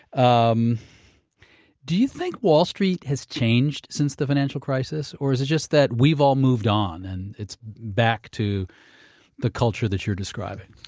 um do you think wall street has changed since the financial crisis, or is it just that we've all moved on and it's back to the culture that you're describing?